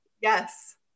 Yes